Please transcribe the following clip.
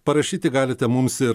parašyti galite mums ir